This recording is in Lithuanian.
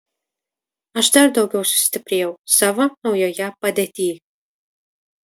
aš dar daugiau sustiprėjau savo naujoje padėtyj